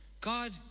God